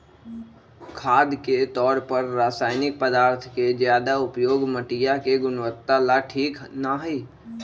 खाद के तौर पर रासायनिक पदार्थों के ज्यादा उपयोग मटिया के गुणवत्ता ला ठीक ना हई